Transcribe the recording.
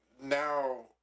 now